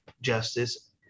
justice